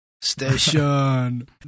station